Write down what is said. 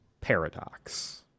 Paradox